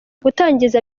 gutangiza